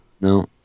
No